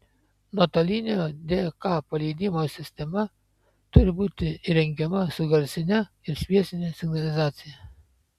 nuotolinio dk paleidimo sistema turi būti įrengiama su garsine ir šviesine signalizacija